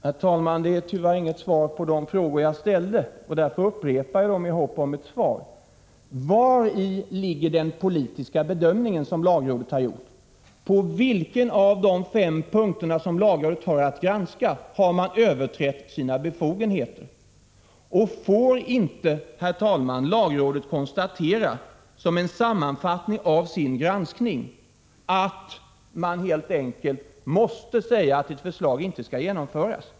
Herr talman! Det var tyvärr inget svar på de frågor jag ställde. Därför upprepar jag frågorna med hopp om ett svar: Vari ligger den politiska bedömning som lagrådet har gjort? På vilken av de fem punkter som lagrådet har att granska har man överträtt sina befogenheter? Får inte lagrådet konstatera, som en sammanfattning av sin granskning, att man helt enkelt måste säga att ett förslag inte skall genomföras?